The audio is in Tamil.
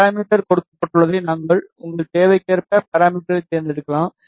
பாராமீட்டர் கொடுக்கப்பட்டுள்ளதை உங்கள் தேவைக்கேற்ப பாராமீட்டர்களைக் தேர்ந்தெடுக்கலாம்